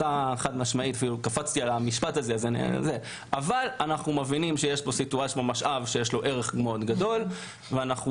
אבל אנחנו מבינים שמדובר במשאב ציבורי בעל ערך רב ואיננו